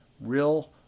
real